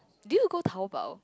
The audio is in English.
did you go Taobao